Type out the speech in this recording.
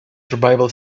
survival